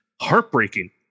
Heartbreaking